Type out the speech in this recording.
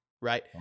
right